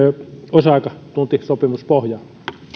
osa aikatuntisopimuspohjaa